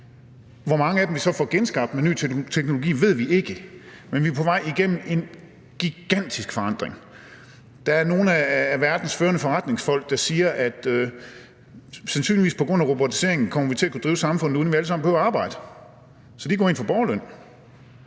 Hvor mange af dem vi så vil få genskabt med ny teknologi ved vi ikke. Men vi er på vej igennem en gigantisk forandring. Der er nogle er verdens førende forretningsfolk, der siger, at vi sandsynligvis på grund af robotisering kommer til at kunne drive samfundet, uden at vi alle sammen behøver at arbejde – så de går ind for borgerløn.